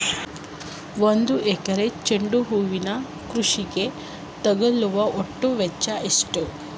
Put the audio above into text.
ಒಂದು ಎಕರೆ ಚೆಂಡು ಹೂವಿನ ಕೃಷಿಗೆ ತಗಲುವ ಒಟ್ಟು ವೆಚ್ಚ ಎಷ್ಟು?